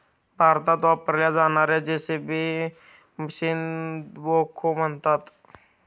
भारतात वापरल्या जाणार्या जे.सी.बी मशीनला बेखो म्हणतात